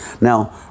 Now